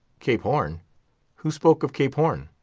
cape horn who spoke of cape horn?